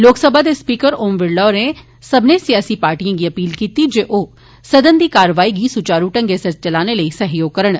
लोकसभा दे स्पीकर ओम बिरला हारे सब्मने सियासी पार्टिएं गी अपील कती ही जे ओह सदन दी कारवाई गी सुचारू ढंगै सिर चलाने लेई सहयोग करन